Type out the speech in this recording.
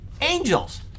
Angels